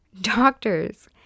Doctors